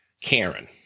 Karen